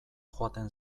joaten